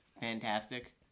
fantastic